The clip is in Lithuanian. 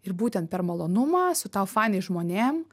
ir būtent per malonumą su tau fainais žmonėm